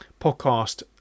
podcast